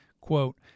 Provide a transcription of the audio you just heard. quote